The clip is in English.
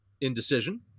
Indecision